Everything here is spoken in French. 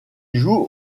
joue